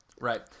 right